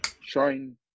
shine